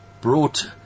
brought